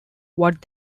what